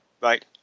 Right